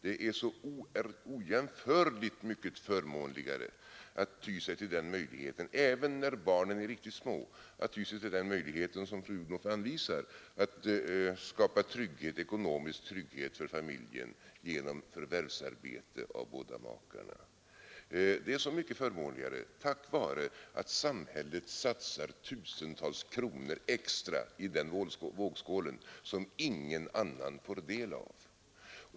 Det är så Nr 60 ojämförligt mycket förmånligare att ty sig till den möjlighet — även när Onsdagen den barnen är riktigt små — som statsrådet Odhnoff anvisar, att skapa 4 april 1973 ekonomisk trygghet för familjen genom förvärvsarbete av båda makarna. Det är så mycket förmånligare tack vare att samhället satsar tusentals kronor extra i den vågskål som ingen annan får del av.